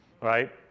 right